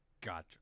Gotcha